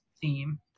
theme